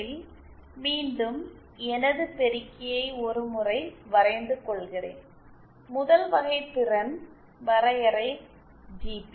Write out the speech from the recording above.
முதலில் மீண்டும் எனது பெருக்கியை ஒரு முறை வரைந்து கொள்கிறேன் முதல் வகை திறன் வரையறை ஜி